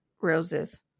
roses